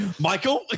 Michael